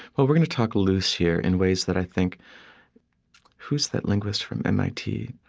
but we're going to talk loose here in ways that i think who's that linguist from mit?